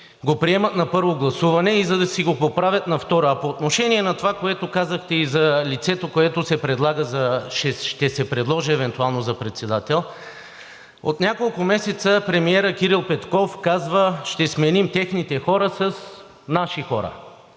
го приемат на първо гласуване и за да си го поправят на второ. А по отношение на това, което казахте, и за лицето, което ще се предложи евентуално за председател. От няколко месеца премиерът Кирил Петков казва: „Ще сменим техните хора с наши хора.“